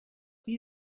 wie